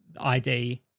ID